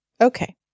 Okay